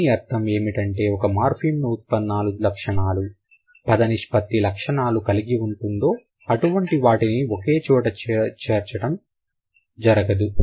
దాని అర్థం ఏమిటంటే ఒక మార్ఫిమ్ ను ఉత్పన్నాలు లక్షణాలు పద నిష్పత్తి లక్షణాలు కలిగి ఉంటుందో అటువంటి వాటిని ఒకే చోట ఉంచడం జరగదు